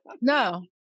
No